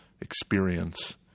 experience